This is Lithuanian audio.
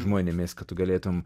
žmonėmis kad tu galėtum